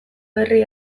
herri